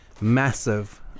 Massive